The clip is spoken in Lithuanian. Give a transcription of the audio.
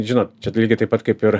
žinot čia lygiai taip pat kaip ir